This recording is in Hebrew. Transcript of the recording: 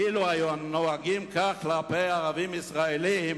אילו היו נוהגים כך כלפי ערבים ישראלים